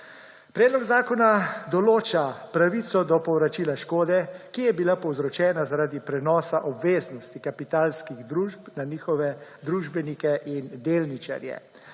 Predlog zakona določa pravico do povračila škode, ki je bila povzročena zaradi prenosa obveznosti kapitalskih družb na njihove družbenike in delničarje.